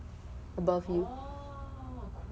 above you